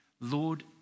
Lord